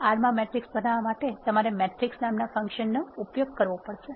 R માં matrix બનાવવા માટે તમારે મેટ્રિક્સ નામના ફંકશનનો ઉપયોગ કરવાની જરૂર છે